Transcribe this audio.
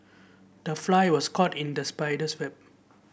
the fly was caught in the spider's web